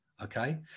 Okay